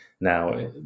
Now